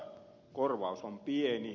kor vaus on pieni